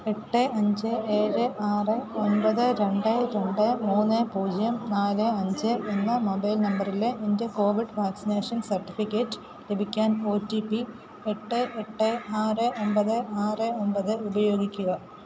എട്ട് അഞ്ച് ഏഴ് ആറ് ഒമ്പത് രണ്ട് രണ്ട് മൂന്ന് പൂജ്യം നാല് അഞ്ച് എന്ന മൊബൈൽ നമ്പറിലെ എന്റെ കോവിഡ് വാക്സിനേഷൻ സർട്ടിഫിക്കറ്റ് ലഭിക്കാൻ ഒ ടി പി എട്ട് എട്ട് ആറ് ഒമ്പത് ആറ് ഒമ്പത് ഉപയോഗിക്കുക